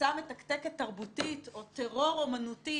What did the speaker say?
פצצה מתקתקת תרבותית או טרור אמנותי